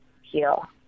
heal